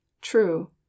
true